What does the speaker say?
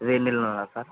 వేడి నీళ్ళల్లోనా సార్